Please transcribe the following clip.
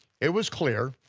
it was clear,